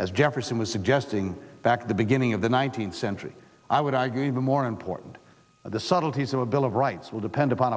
as jefferson was suggesting back to the beginning of the one nine hundred centuries i would argue even more important the subtleties of a bill of rights will depend upon a